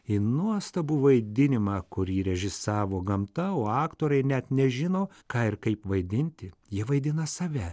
į nuostabų vaidinimą kurį režisavo gamta o aktoriai net nežino ką ir kaip vaidinti jie vaidina save